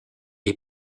est